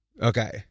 Okay